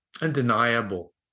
undeniable